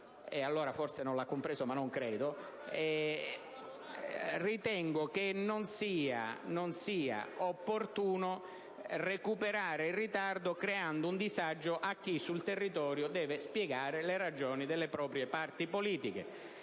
Allora forse non l'ha compreso, ma non credo. Ritengo che non sia opportuno recuperare il ritardo, creando un disagio a chi sul territorio deve spiegare le ragioni delle proprie parti politiche.